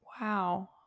Wow